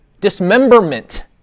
Dismemberment